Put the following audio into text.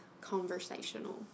conversational